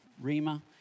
Rima